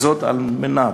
וזאת על מנת,